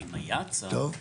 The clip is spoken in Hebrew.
אם היה צו,